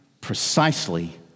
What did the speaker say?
Precisely